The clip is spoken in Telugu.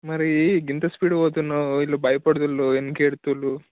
మరి ఇంత స్పీడ్ పోతున్నావు వీళ్ళు భయపడుతున్నారు వెనుక ఏడుస్తున్నారు